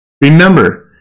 Remember